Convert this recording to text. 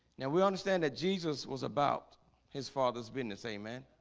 now we understand that jesus was about his father's been the same man